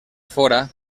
fora